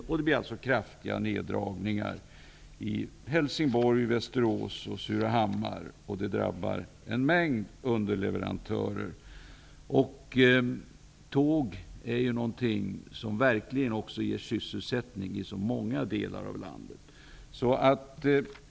Det kommer att bli kraftiga neddragningar i Helsingborg, Västerås och Surahammar, vilket drabbar en mängd underleverantörer. Tågindustrin är ju verkligen sysselsättningsskapande för så stora delar av landet.